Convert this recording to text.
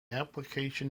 application